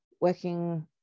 working